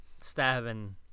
stabbing